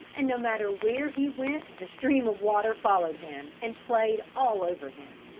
and no matter where he went the stream of water followed him and played all over him,